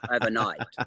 overnight